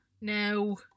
No